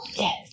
Yes